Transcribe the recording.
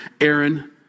Aaron